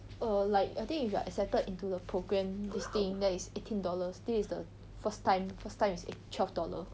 err like I think if you are accepted into the program this thing then is eighteen dollars this is the first time first time is eight~ twelve dollars